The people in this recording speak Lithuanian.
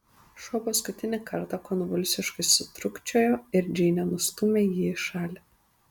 šuo paskutinį kartą konvulsiškai sutrūkčiojo ir džeinė nustūmė jį į šalį